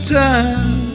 time